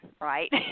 right